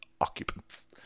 occupants